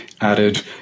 added